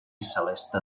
celeste